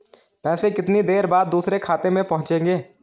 पैसे कितनी देर बाद दूसरे खाते में पहुंचेंगे?